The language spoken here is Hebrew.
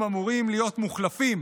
כנסת נכבדה,